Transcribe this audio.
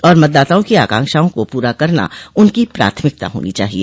और मतदाताओं की आकांक्षाओं को पूरा करना उनकी प्राथमिकता होनी चाहिए